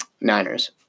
Niners